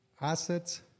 Assets